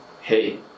Hey